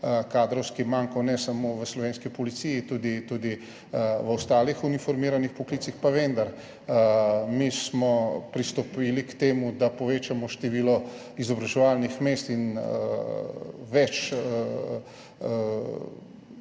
kadrovski manko ne samo v slovenski policiji, tudi v ostalih uniformiranih poklicih. Pa vendar, mi smo pristopili k temu, da povečamo število izobraževalnih mest in več